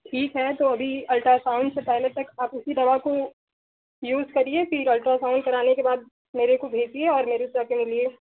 ठीक है तो अभी अल्ट्रासाउन्ड से पहले तक आप उसी दवा को यूज़ करिए फिर अल्ट्रासाउन्ड कराने के बाद मेरे को भेजिए और मेरे से आकर मिलिये